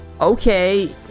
okay